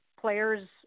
players